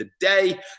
today